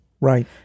Right